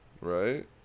right